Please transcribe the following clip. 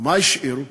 ומה השאירו?